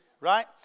right